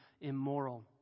immoral